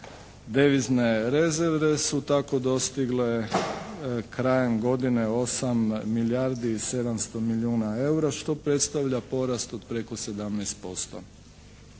Devizne rezerve su tako dostigle krajem godine 8 milijardi i 700 milijuna eura što predstavlja porast od preko 17%.